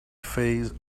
phase